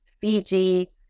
Fiji